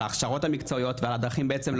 על ההכשרות המקצועיות ועל הדרכים בעצם,